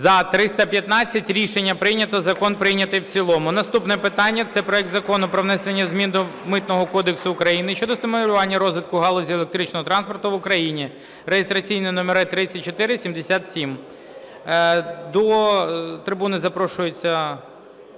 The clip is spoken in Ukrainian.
За-315 Рішення прийнято. Закон прийнятий в цілому. Наступне питання – це проект Закону про внесення змін до Митного кодексу України щодо стимулювання розвитку галузі електричного транспорту в Україні (реєстраційний номер 3477). До трибуни запрошується